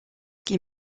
qu’il